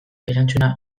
erantzuna